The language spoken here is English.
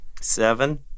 Seven